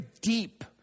deep